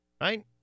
right